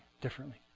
differently